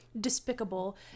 despicable